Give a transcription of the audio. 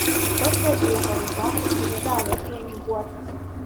pažvelgiau į horizontą kur juodavo kėnių guotas